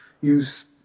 use